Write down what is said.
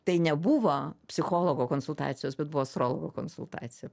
tai nebuvo psichologo konsultacijos bet buvo astrologo konsultacija